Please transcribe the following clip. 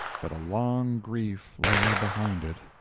but a long grief lay behind it.